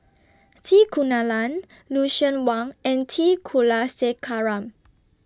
C Kunalan Lucien Wang and T Kulasekaram